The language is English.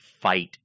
fight